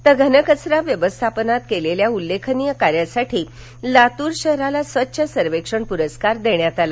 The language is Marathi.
तर घनकचरा व्यवस्थापनात केलेल्या उल्लेखनीय कार्यायाठी लातूर शहराला स्वच्छ सर्वेक्षण पुरस्कार देण्यात आला